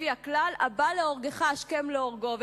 לפי הכלל 'הבא להורגך השכם להורגו'".